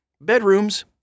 Bedrooms